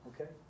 Okay